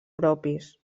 propis